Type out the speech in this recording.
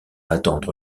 attendre